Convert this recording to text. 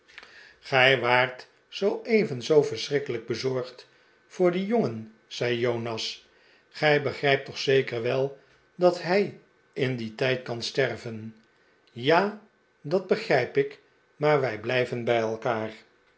gij waart zooeven zoo verschrikkelijk bezorgd voor dien jongen zei jonas gij begrijpt toch zeker wel dat hij in dien tijd kan sterven ja dat begrijp ik maar wij blijven bij elkaar